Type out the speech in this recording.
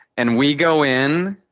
and we go in,